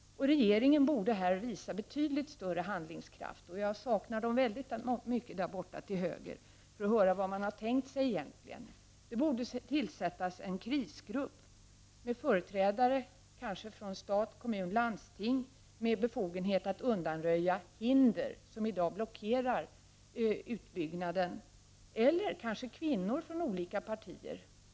Regeringen borde i detta sammanhang visa betydligt större handlingskraft. Jag saknar verkligen regeringen här i dag. Jag hade velat höra vad regeringen har tänkt sig. Det borde tillsättas en krisgrupp med företrädare t.ex. från stat, kommun och landsting med befogenhet att undanröja hinder som i dag blockerar utbyggnaden. Denna krisgrupp skulle också kunna bestå av kvinnor från olika partier.